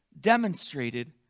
demonstrated